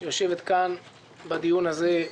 שיושבת כאן בדיון כמות כזו של חברי כנסת,